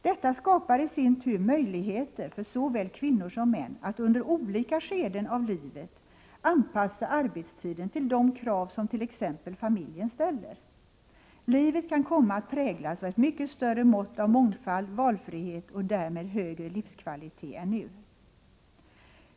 Detta i sin tur skapar möjligheter för såväl kvinnor som män att under olika skeden av livet anpassa arbetstiden till de krav som t.ex. familjen ställer. Livet kan komma att präglas av ett mycket större mått av mångfald och valfrihet och därmed högre livskvalitet än nu.